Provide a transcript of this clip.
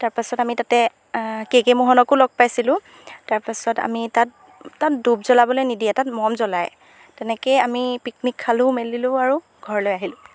তাৰপাছত আমি তাতে কে কে মোহনকো লগ পাইছিলোঁ তাৰপাছত আমি তাত তাত ধূপ জ্বলাবলৈ নিদিয়ে তাত মম জ্বলাই তেনেকেই আমি পিকনিক খালোঁ মেলিলোঁ আৰু ঘৰলৈ আহিলোঁ